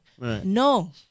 No